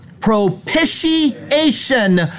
Propitiation